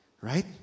Right